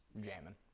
jamming